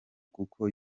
kuko